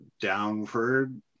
downward